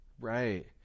Right